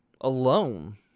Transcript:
alone